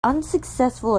unsuccessful